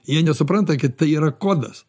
jie nesupranta kad tai yra kodas